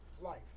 life